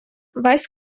весь